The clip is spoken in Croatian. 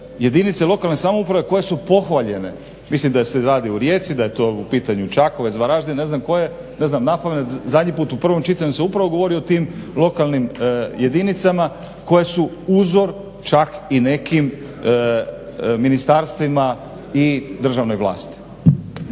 jedinice lokalne samouprave koje su pohvaljene, mislim da se radi o Rijeci, da je u pitanju Čakovec, Varaždin, ne znam napamet, zadnji put u prvom čitanju sam upravo govorio o tim lokalnim jedinicama koje su uzor čak i nekim ministarstvima i državnoj vlasti.